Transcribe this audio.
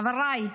חבריי,